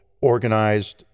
organized